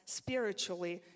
spiritually